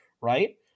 right